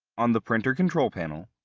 on the printer control panel,